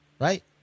right